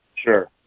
Sure